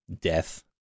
death